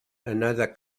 another